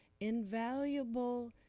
invaluable